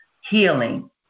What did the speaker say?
healing